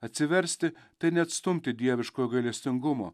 atsiversti tai neatstumti dieviškojo gailestingumo